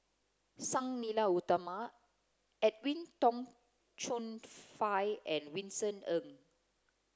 Sang Nila Utama Edwin Tong Chun Fai and Vincent Ng